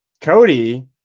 cody